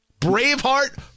Braveheart